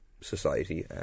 society